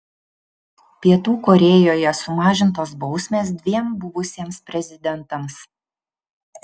pietų korėjoje sumažintos bausmės dviem buvusiems prezidentams